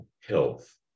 health